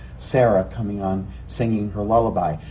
sarah coming on, singing her lullaby.